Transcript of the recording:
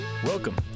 Welcome